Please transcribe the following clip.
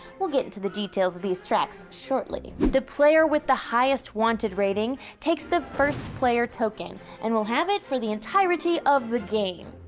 we'll get into the details of these tracks shortly. the player with the highest wanted rating takes the first player token and will have it for the entirety of the game.